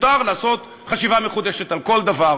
מותר לעשות חשיבה מחודשת על כל דבר,